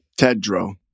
Tedro